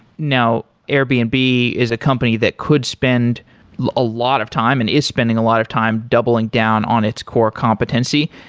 now, airbnb and is a company that could spend a lot of time and is spending a lot of time doubling down on its core competency.